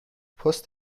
پست